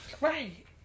Right